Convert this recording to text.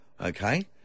Okay